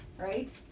right